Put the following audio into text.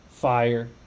fire